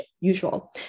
Usual